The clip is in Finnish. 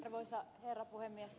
arvoisa herra puhemies